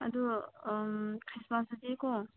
ꯑꯗꯨ ꯑꯝ ꯈ꯭ꯔꯤꯁꯃꯥꯁꯇꯗꯤꯀꯣ